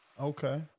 Okay